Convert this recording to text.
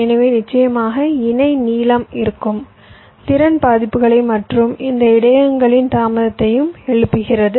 எனவே நிச்சயமாக இணை நீளம் இருக்கும் திறன் பாதிப்புகளை மற்றும் இந்த இடையகங்களின் தாமதத்தையும் எழுப்புகிறது